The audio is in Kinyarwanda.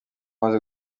amaze